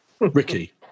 Ricky